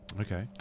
Okay